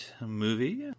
movie